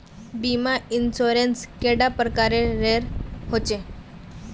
बीमा इंश्योरेंस कैडा प्रकारेर रेर होचे